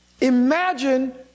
Imagine